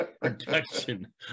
production